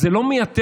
זה לא מייתר,